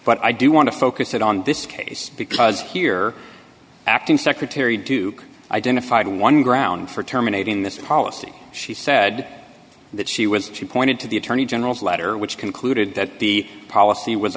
but i do want to focus it on this case because here acting secretary duke identified one ground for terminating this policy she said that she was she pointed to the attorney general's letter which concluded that the policy was